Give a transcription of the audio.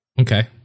okay